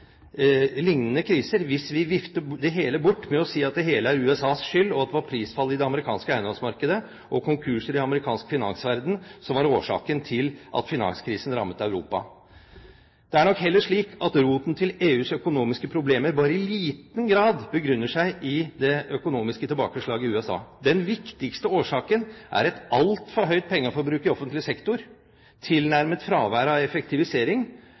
kriser hvis vi vifter det hele bort med å si at det hele er USAs skyld, og at det var prisfallet i det amerikanske eiendomsmarkedet og konkurser i amerikansk finansverden som var årsaken til at finanskrisen rammet Europa. Det er nok heller slik at roten til EUs økonomiske problemer bare i liten grad begrunner seg i det økonomiske tilbakeslaget i USA. Den viktigste årsaken er et altfor høyt pengeforbruk i offentlig sektor, tilnærmet fravær av effektivisering